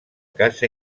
casa